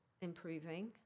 improving